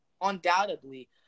undoubtedly